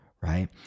right